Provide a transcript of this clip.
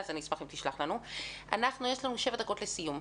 יש לנו 7 דקות לסיום,